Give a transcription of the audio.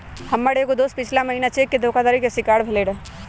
हमर एगो दोस पछिला महिन्ना चेक धोखाधड़ी के शिकार भेलइ र